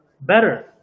better